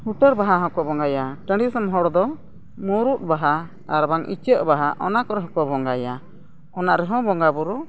ᱦᱩᱴᱟᱹᱲ ᱵᱟᱦᱟ ᱦᱚᱸᱠᱚ ᱵᱚᱸᱜᱟᱭᱟ ᱴᱟᱺᱰᱤ ᱫᱤᱥᱚᱢ ᱦᱚᱲ ᱫᱚ ᱢᱩᱨᱩᱫ ᱵᱟᱦᱟ ᱟᱨᱵᱟᱝ ᱤᱪᱟᱹᱜ ᱵᱟᱦᱟ ᱚᱱᱟ ᱠᱚᱨᱮ ᱦᱚᱸᱠᱚ ᱵᱚᱸᱜᱟᱭᱟ ᱚᱱᱟ ᱨᱮᱦᱚᱸ ᱵᱚᱸᱜᱟᱼᱵᱩᱨᱩ